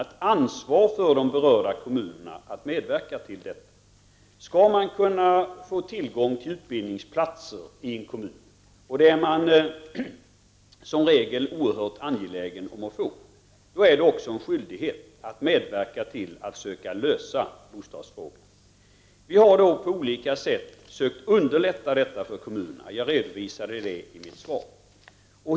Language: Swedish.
Det är ett ansvar för de berörda kommunerna att medverka till att ta fram studerandebostäder. Skall man kunna få tillgång till utbildningsplatser i en kommun, och det är man som regel oerhört angelägen om att få, är det också en skyldighet att medverka till att försöka lösa bostadsfrågan. Vi har på olika sätt försökt underlätta detta för kommunerna. Jag redovisade det i mitt svar.